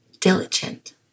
diligent